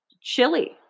chili